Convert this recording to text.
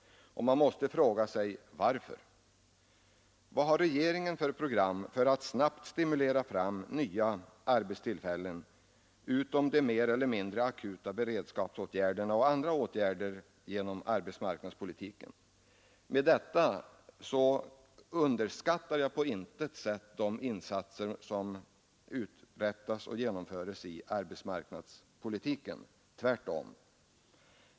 Man måste fråga sig varför. Vad har regeringen för program för att snabbt stimulera fram nya arbetstillfällen utom de mer eller mindre akuta beredskapsåtgärderna och andra åtgärder genom arbetsmarknadspolitiken? — Med det anförda underskattar jag på intet sätt de insatser som görs i arbetsmarknadspolitiken. Tvärtom!